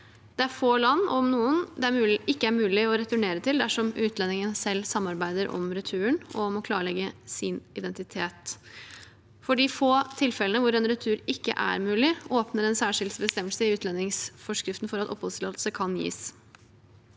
Det er få land, om noen, det ikke er mulig å returnere til dersom utlendingen selv samarbeider om returen og om å klarlegge sin identitet. For de få tilfellene hvor en retur ikke er mulig, åpner en særskilt bestemmelse i utlendingsforskriften for at oppholdstillatelse kan gis.